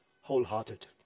wholehearted